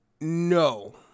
No